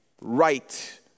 right